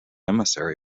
emissary